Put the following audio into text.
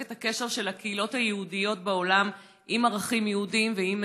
את הקשר של הקהילות היהודיות בעולם עם ערכים יהודיים ועם